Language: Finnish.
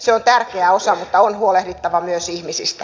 se on tärkeä osa mutta on huolehdittava myös ihmisistä